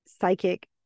psychic